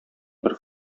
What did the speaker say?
бер